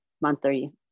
monthly